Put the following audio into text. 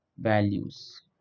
values